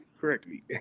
correctly